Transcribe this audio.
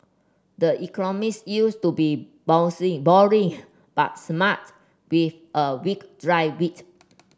the Economist used to be bouncing boring but smart with a wicked dry wit